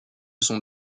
sont